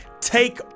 take